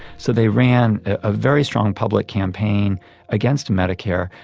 so they ran a very strong public campaign against medicare,